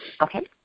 Okay